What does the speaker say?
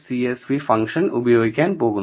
csv function ഉപയോഗിക്കാൻ പോകുന്നു